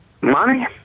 Money